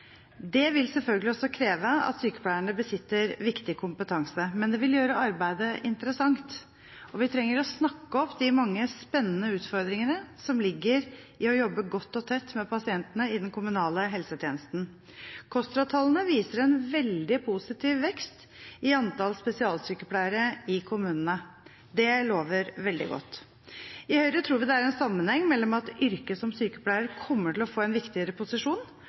pasienter, vil selvfølgelig også kreve at sykepleierne besitter viktig kompetanse. Men det vil gjøre arbeidet interessant. Vi trenger å snakke opp de mange spennende utfordringene som ligger i å jobbe godt og tett med pasientene i den kommunale helsetjenesten. KOSTRA-tallene viser en veldig positiv vekst i antallet spesialsykepleiere i kommunene. Det lover veldig godt. I Høyre tror vi det er en sammenheng mellom at yrket som sykepleier kommer til å få en viktigere posisjon,